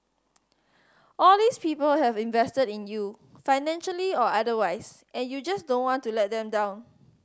all these people have invested in you financially or otherwise and you just don't want to let them down